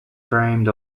frame